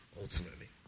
ultimately